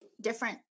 different